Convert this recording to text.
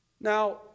Now